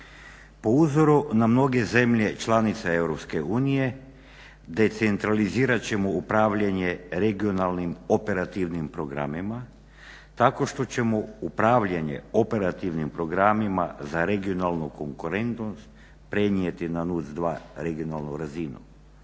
Po uzoru na mnoge zemlje članice EU decentralizirat ćemo upravljanje regionalnim operativnim programima tako što ćemo upravljanje operativnim programima za regionalnu konkurentnost prenijeti na NUC2 regionalnu razinu.